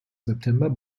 september